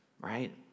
Right